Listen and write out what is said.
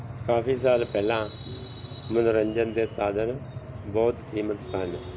ਕਾਫੀ ਸਾਲ ਪਹਿਲਾਂ ਮਨੋਰੰਜਨ ਦੇ ਸਾਧਨ ਬਹੁਤ ਸੀਮਤ ਸਨ